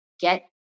get